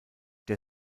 der